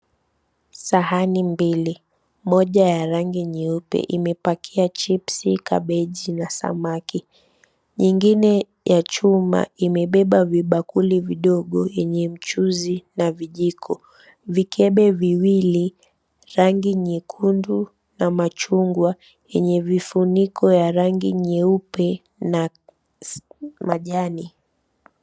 Sahani mbili. Moja ya rangi nyeupe imepakia chipsi, kabeji na samaki. Nyingine ya chuma imebeba vibakuli vidogo yenye mchuzi na vijiko. Vikebe viwili rangi nyekundu na machungwa yenye vifuniko ya rangi nyeupe na majani.